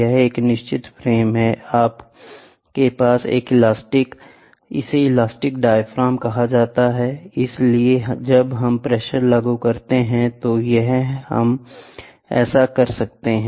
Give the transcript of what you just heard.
यह एक निश्चित फ्रेम है आपके पास एक इलास्टिक है इसे इलास्टिक डायाफ्राम कहा जाता है इसलिए जब हमप्रेशर लागू करते हैं तो यहां हम ऐसा कर सकते हैं